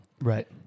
right